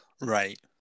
Right